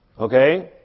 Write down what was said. Okay